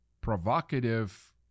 provocative